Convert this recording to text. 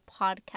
podcast